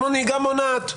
כמו נהיגה מונעת,